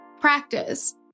practice